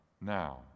now